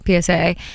PSA